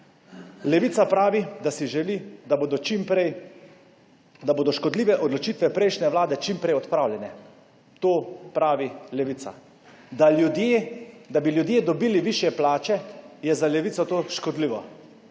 Levica pravi, da si želi, da bodo škodljive odločitve prejšnje vlade čim prej odpravljene. To pravi Levica. Da bi ljudje dobili višje plače, je za Levico škodljivo.